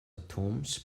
atoms